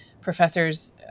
professors